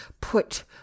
put